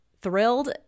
thrilled